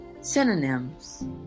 Synonyms